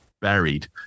buried